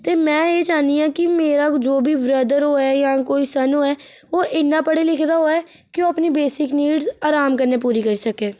ते में एह् चाहन्नी आं मेरा जो बी ब्रदर होऐ जां कोई सन होवे ओह् इन्ना पढ़े लिखे दा होवे की अपनी बेसिक नीड्स अराम कन्नै पूरी करी सकै